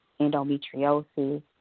endometriosis